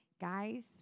guys